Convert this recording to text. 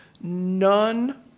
none